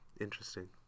Interesting